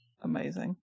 Amazing